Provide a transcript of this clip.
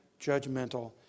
judgmental